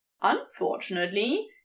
unfortunately